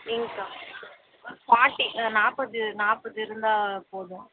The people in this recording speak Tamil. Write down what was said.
நீங்கக்கா ஃபாட்டி நாற்பது நாற்பது இருந்தால் போதும்